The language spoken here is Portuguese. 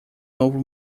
novo